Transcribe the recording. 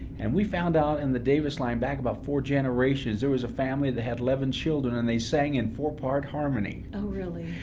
and we found out in the davis line back about four generations, there was a family that had eleven children, and they sang in four-part harmony. oh really?